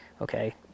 okay